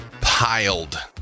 piled